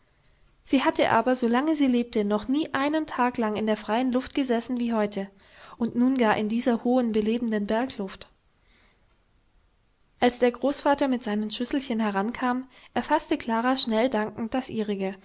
sie hatte aber solange sie lebte noch nie einen tag lang in der freien luft gesessen wie heute und nun gar in dieser hohen belebenden bergluft als der großvater mit seinen schüsselchen herankam erfaßte klara schnell dankend das ihrige